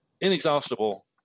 inexhaustible